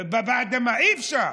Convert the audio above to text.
אי-אפשר.